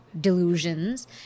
delusions